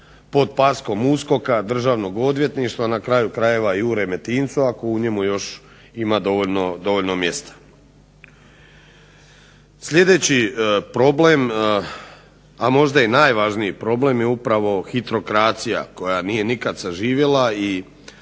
pod paskom USKOK-a, Državnog odvjetništva, na kraju krajeva i u Remetincu ako u njemu još ima dovoljno mjesta. Sljedeći problem a možda i najvažniji problem je upravo hitrokracija koja nije nikada zaživjela i